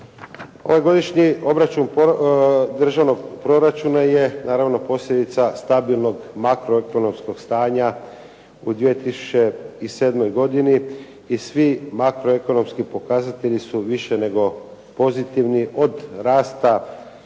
Ovogodišnji obračun državnog proračuna je naravno posljedica stabilnog makroekonomskog stanja u 2007. godini i svi makroekonomski pokazatelji su više nego pozitivni od rasta